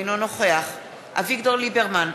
אינו נוכח אביגדור ליברמן,